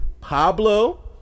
Pablo